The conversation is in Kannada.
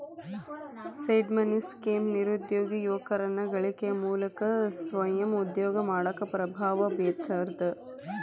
ಸೇಡ್ ಮನಿ ಸ್ಕೇಮ್ ನಿರುದ್ಯೋಗಿ ಯುವಕರನ್ನ ಗಳಿಕೆಯ ಮೂಲವಾಗಿ ಸ್ವಯಂ ಉದ್ಯೋಗ ಮಾಡಾಕ ಪ್ರಭಾವ ಬೇರ್ತದ